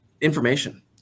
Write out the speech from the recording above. information